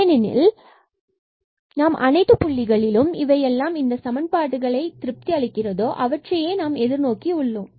ஏனெனில் அனைத்து களிலும் ஏவையெல்லாம் இந்த சமன்பாடு திருப்தி அளிக்கிறதோ அவற்றை எதிர்நோக்கி உள்ளோம்